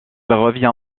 revient